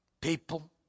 people